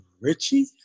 Richie